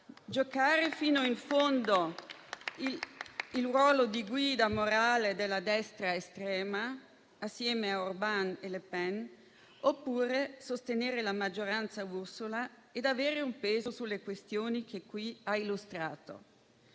giocare fino in fondo il ruolo di guida morale della destra estrema, insieme ad Orbàn e Le Pen, oppure sostenere la maggioranza ed avere un peso sulle questioni che qui ha illustrato.